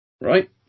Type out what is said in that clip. right